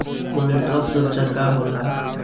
Collateral सुरक्षा का होला?